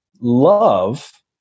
love